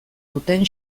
duten